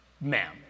Ma'am